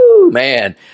Man